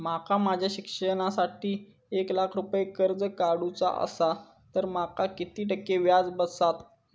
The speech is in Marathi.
माका माझ्या शिक्षणासाठी एक लाख रुपये कर्ज काढू चा असा तर माका किती टक्के व्याज बसात?